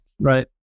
right